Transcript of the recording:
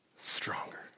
stronger